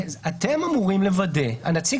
אפילו לפני ההסכמון, אתם אמורים לוודא הנציג